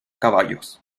caballos